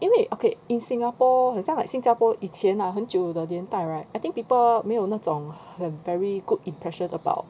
因为 okay in singapore 很像 like 新加坡以前 lah 很久的年代 right I think people 没有那种很 very good impression about